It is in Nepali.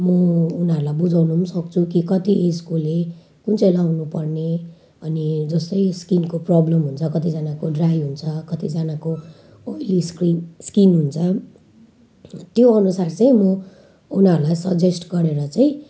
म उनीहरूलाई बुझाउनु पनि सक्छु कि कति एजकोले कुन चाहिँ लगाउनुपर्ने अनि जस्तै स्किनको प्रब्लम हुन्छ कतिजनाको ड्राई हुन्छ कतिजनाको ओइली स्क्रिन स्किन हुन्छ त्यो अनुसार चाहिँ म उनीहरूलाई सजेस्ट गरेर चाहिँ